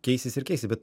keisis ir keisi bet